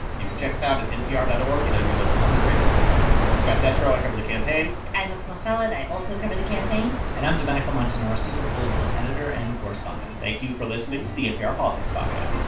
you can check us out at npr dot org and on your local public radio station i'm scott detrow. i cover the campaign i'm asma khalid. i also cover the campaign and i'm domenico montanaro, senior political editor and correspondent thank you for listening to the npr politics podcast